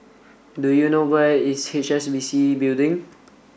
do you know where is H S B C Building